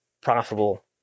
profitable